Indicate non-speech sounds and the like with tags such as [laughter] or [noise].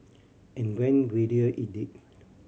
and went [unintelligible] it did [noise]